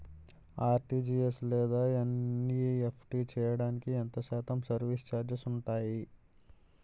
RTGS లేదా NEFT చేయడానికి ఎంత శాతం సర్విస్ ఛార్జీలు ఉంటాయి?